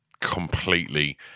completely